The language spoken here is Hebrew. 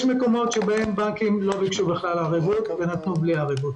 יש מקומות שבהם בנקים לא ביקשו בכלל ערבות ונתנו בלי ערבות.